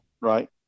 right